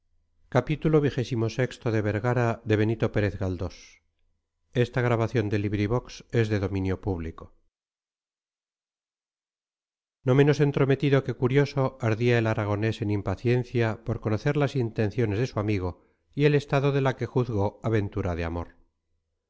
pasada mundo concluido no menos entrometido que curioso ardía el aragonés en impaciencia por conocer las intenciones de su amigo y el estado de la que juzgó aventura de amor